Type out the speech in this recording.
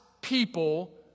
people